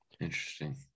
Interesting